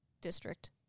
district